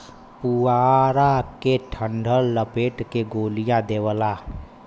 पुआरा के डंठल लपेट के गोलिया देवला